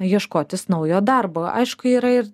ieškotis naujo darbo aišku yra ir